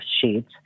sheets